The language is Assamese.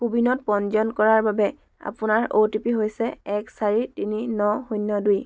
কো ৱিনত পঞ্জীয়ন কৰাৰ বাবে আপোনাৰ অ' টি পি হৈছে এক চাৰি তিনি ন শূন্য় দুই